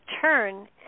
turn